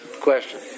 Question